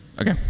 Okay